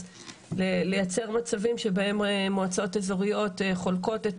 לייצר מצבים שבהם מועצות אזוריות חולקות את